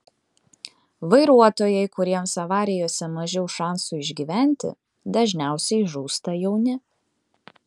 vairuotojai kuriems avarijose mažiau šansų išgyventi dažniausiai žūsta jauni